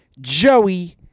Joey